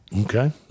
Okay